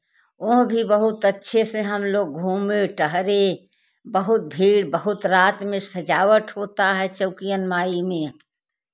वह भी बहुत अच्छे से हम लोग घूमे टहले बहुत भीड़ बहुत रात में सजावट होता है चौकियन माई में